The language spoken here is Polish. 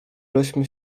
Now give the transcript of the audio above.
żeśmy